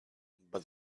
but